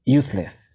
useless